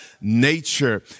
nature